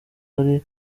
hari